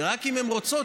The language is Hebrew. ורק אם הן רוצות,